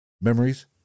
memories